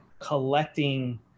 collecting